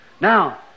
Now